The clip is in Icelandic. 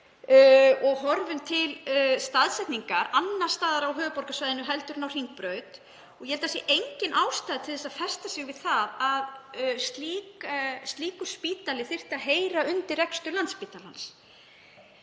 og horfum til staðsetningar annars staðar á höfuðborgarsvæðinu en á Hringbraut. Ég held að engin ástæða sé til að festa sig við að slíkur spítali þyrfti að heyra undir rekstur Landspítalans.